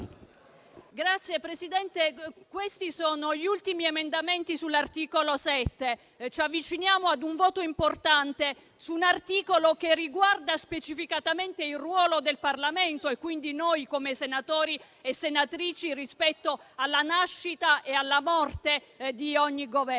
Signora Presidente, questi sono gli ultimi emendamenti all'articolo 7, pertanto ci avviciniamo ad un voto importante su un articolo che riguarda specificatamente il ruolo del Parlamento, e quindi di noi senatori e senatrici, rispetto alla nascita e alla morte di ogni Governo.